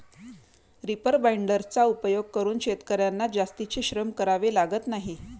reaper बाइंडर्सचा उपयोग करून शेतकर्यांना जास्तीचे श्रम करावे लागत नाही